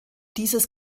dieses